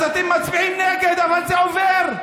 אז אתם מצביעים נגד אבל זה עובר,